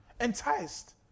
enticed